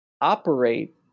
operate